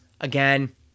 again